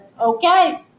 okay